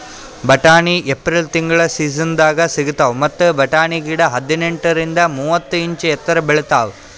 ಬಟಾಣಿ ಏಪ್ರಿಲ್ ತಿಂಗಳ್ ಸೀಸನ್ದಾಗ್ ಸಿಗ್ತಾವ್ ಮತ್ತ್ ಬಟಾಣಿ ಗಿಡ ಹದಿನೆಂಟರಿಂದ್ ಮೂವತ್ತ್ ಇಂಚ್ ಎತ್ತರ್ ಬೆಳಿತಾವ್